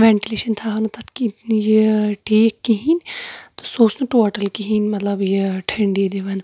ventilation تھاوو نہٕ تَتھ کِہیٖنۍ یہِ ٹھیٖک کِہیٖنۍ سُہ اوس نہٕ ٹوٹَل کِہیٖنۍ مَطلب یہِ ٹھٔنٛڈی دِوان